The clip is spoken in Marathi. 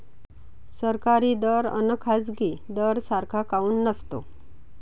सरकारी दर अन खाजगी दर सारखा काऊन नसतो?